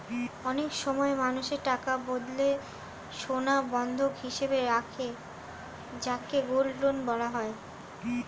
অনেক সময় মানুষ টাকার বদলে সোনা বন্ধক হিসেবে রাখে যাকে গোল্ড লোন বলা হয়